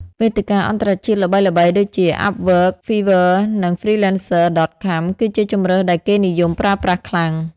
វេទិកាអន្តរជាតិល្បីៗ ដូចជា Upwork, Fiverr និង Freelancer.com គឺជាជម្រើសដែលគេនិយមប្រើប្រាស់ខ្លាំង។